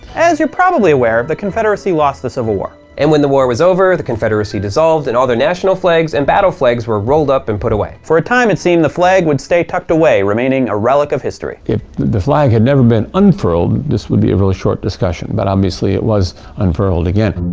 as you're probably aware, the confederacy lost the civil war. and when the war was over, the confederacy dissolved. and all their national flags and battle flags were rolled up and put away. for a time, it seemed the flag would stay tucked away, remaining a relic of history. if the flag had never been unfurled, this would be a really short discussion. but obviously, it was unfurled again.